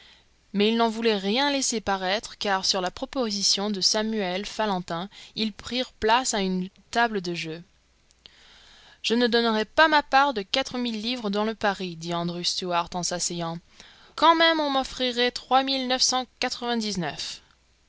mais ils n'en voulaient rien laisser paraître car sur la proposition de samuel fallentin ils prirent place à une table de jeu je ne donnerais pas ma part de quatre mille livres dans le pari dit andrew stuart en s'asseyant quand même on m'en offrirait